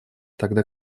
тогда